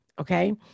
Okay